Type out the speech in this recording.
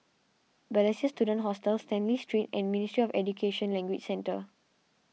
Balestier Student Hostel Stanley Street and Ministry of Education Language Centre